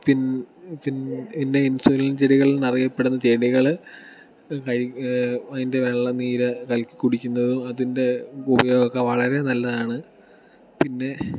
പിൻ പിൻ പിന്നെ ഇൻസുലിൻ ചെടികളെന്നറിയപ്പെടുന്ന ചെടികൾ കഴി അതിൻ്റെ വെള്ളം നീര് കലക്കി കുടിക്കുന്നതും അതിൻ്റെ ഉപയോഗമൊക്കെ വളരെ നല്ലതാണ് പിന്നെ